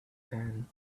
dan